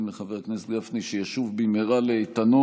לחבר הכנסת גפני שישוב במהרה לאיתנו.